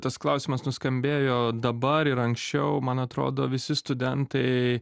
tas klausimas nuskambėjo dabar ir anksčiau man atrodo visi studentai